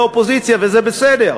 תפקיד האופוזיציה, וזה בסדר.